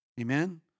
Amen